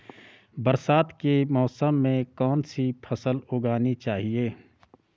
बरसात के मौसम में कौन सी फसल उगानी चाहिए?